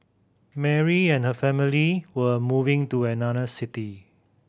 Mary and her family were moving to another city